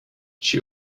she